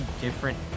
different